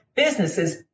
businesses